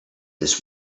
this